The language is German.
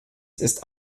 ist